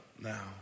now